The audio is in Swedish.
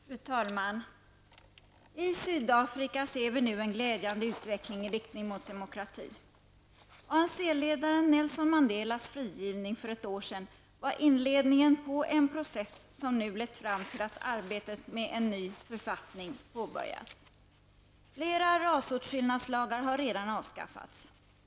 Fru talman! I Sydafrika ser vi nu en glädjande utveckling i riktning mot demokrati. ANC-ledaren Nelson Mandelas frigivning för ett år sedan var inledningen på en process som nu lett fram till att arbetet med en ny författning påbörjats. Flera rasåtskillnadslagar har redan avskaffats.